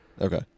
Okay